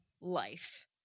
life